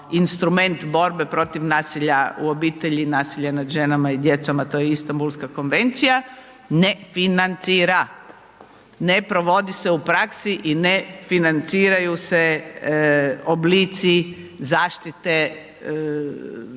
instrument borbe protiv nasilja u obitelji, nasilja nad ženama i djecom, a to je Istambulska konvencija, ne financira, ne provodi se u praksi i ne financiraju se oblici zaštite žrtava